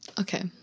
okay